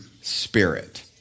spirit